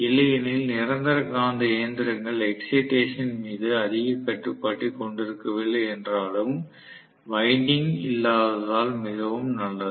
இல்லையெனில் நிரந்தர காந்த இயந்திரங்கள் எக்ஸைடேசன் மீது அதிக கட்டுப்பாட்டைக் கொண்டிருக்கவில்லை என்றாலும் வைண்டிங் இல்லாததால் மிகவும் நல்லது